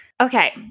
Okay